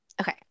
Okay